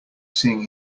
seeing